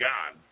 God